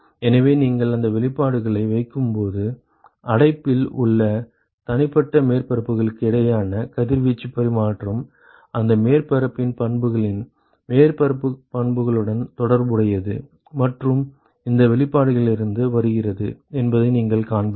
எனவே நீங்கள் அந்த வெளிப்பாடுகளை வைக்கும்போது அடைப்பில் உள்ள தனிப்பட்ட மேற்பரப்புகளுக்கு இடையிலான கதிர்வீச்சு பரிமாற்றம் அந்த மேற்பரப்பின் பண்புகளின் மேற்பரப்பு பண்புகளுடன் தொடர்புடையது மற்றும் இந்த வெளிப்பாட்டிலிருந்து வருகிறது என்பதை நீங்கள் காண்பீர்கள்